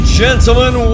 gentlemen